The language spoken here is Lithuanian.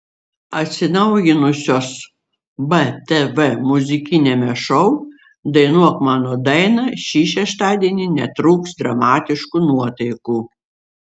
atsinaujinusios btv muzikiniame šou dainuok mano dainą šį šeštadienį netrūks dramatiškų nuotaikų